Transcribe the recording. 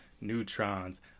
neutrons